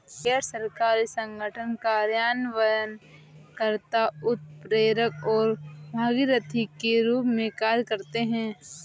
गैर सरकारी संगठन कार्यान्वयन कर्ता, उत्प्रेरक और भागीदार के रूप में कार्य करते हैं